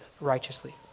righteously